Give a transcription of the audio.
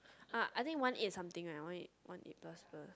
uh I think one eight something right one eight one eight plus per